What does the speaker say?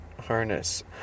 harness